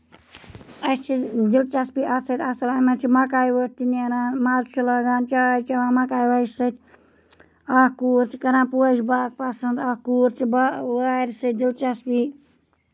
اَسہِ چھِ دِلچسپی اَتھ سۭتۍ اَصٕل اَتھ منٛز چھِ مَکایہِ ؤٹۍ تہِ نیران مَزٕ چھُ لگان چاے چیوان مَکایہِ وَچہِ سۭتۍ اکھ کوٗر چھےٚ کران پوشہٕ باغ پَسند بیاکھ کوٗر چھِ وارِ سۭتۍ دِلچسپی